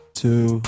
two